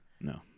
No